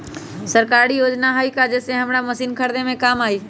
सरकारी योजना हई का कोइ जे से हमरा मशीन खरीदे में काम आई?